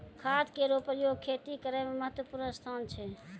खाद केरो प्रयोग खेती करै म महत्त्वपूर्ण स्थान छै